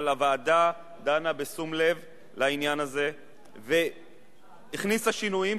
אבל הוועדה דנה בשום לב בעניין הזה והכניסה שינויים,